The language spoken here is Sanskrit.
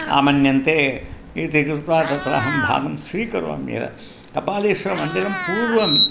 आमन्यन्ते इति कृत्वा तत्र अहं भागं स्वीकरोम्येव कपालीश्वरम्नदिरं पूर्वम्